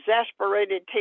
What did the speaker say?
exasperated